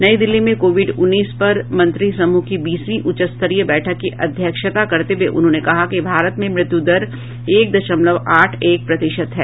नई दिल्ली में कोविड उन्नीस पर मंत्री समूह की बीसवीं उच्चस्तरीय बैठक की अध्यक्षता करते हुए उन्होंने कहा कि भारत में मृत्युदर एक दशमलव आठ एक प्रतिशत है